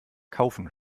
kaufen